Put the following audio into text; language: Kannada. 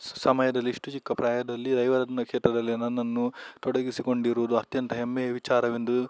ಸಮಯದಲ್ಲಿ ಇಷ್ಟು ಚಿಕ್ಕ ಪ್ರಾಯದಲ್ಲಿ ದೈವಾರಾಧನಾ ಕ್ಷೇತ್ರದಲ್ಲಿ ನನ್ನನ್ನು ತೊಡಗಿಸಿಕೊಂಡಿರುವುದು ಅತ್ಯಂತ ಹೆಮ್ಮೆಯ ವಿಚಾರವೆಂದು